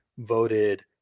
Voted